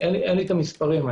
אין לנו המספרים.